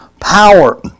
power